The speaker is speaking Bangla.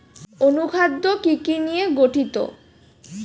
অনুখাদ্য কি কি নিয়ে গঠিত?